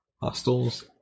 hostels